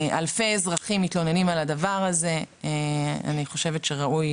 אלפי אזרחים מתלוננים על הדבר הזה ואני חושבת שראוי